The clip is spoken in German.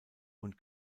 und